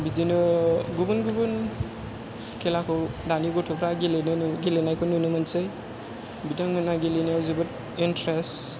बिदिनो गुबुन गुबुन खेलाखौ दानि गथ'फ्रा गेलेनायखौ नुनो मोनोसै बिथांमोनहा गेलेनायाव जोबोद इनट्रेस्ट